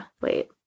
Wait